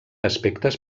aspectes